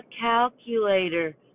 calculator